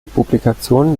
publikationen